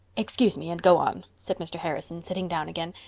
excuse me and go on, said mr. harrison, sitting down again.